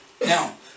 Now